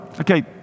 okay